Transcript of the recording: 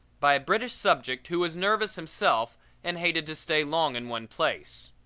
by a british subject who was nervous himself and hated to stay long in one place.